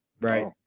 right